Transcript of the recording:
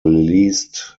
released